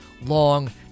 long